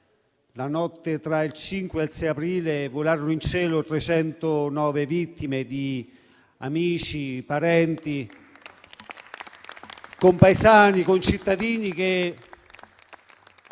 la notte tra il 5 e il 6 aprile volarono in cielo 309 vittime, amici, parenti, compaesani e concittadini che